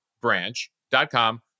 branch.com